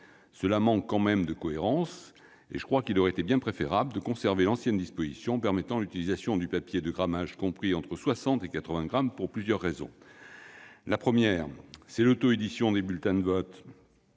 Cela manque tout de même de cohérence. Il aurait donc été bien préférable de conserver l'ancienne disposition, permettant l'utilisation de papier de grammage compris entre 60 et 80 grammes, et ce pour plusieurs raisons. La première, c'est l'autoédition des bulletins de vote.